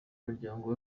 muryango